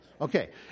Okay